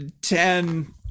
ten